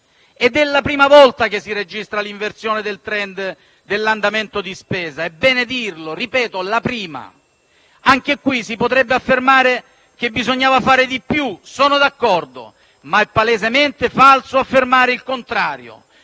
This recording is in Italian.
ed è la prima volta che si registra l'inversione del *trend* dell'andamento di spesa. È bene dirlo e lo ripeto: è la prima volta. Anche in questo caso si potrebbe affermare che bisognava fare di più. Sono d'accordo, ma è palesemente falso affermare il contrario.